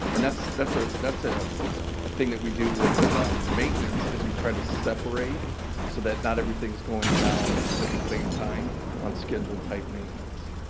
and that's that's ah ah a thing that we do with maintenance is we try to separate so that not everything is going down at the same time on schedule type maintenance.